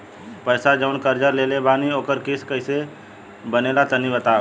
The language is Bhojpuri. पैसा जऊन कर्जा लेले बानी ओकर किश्त कइसे बनेला तनी बताव?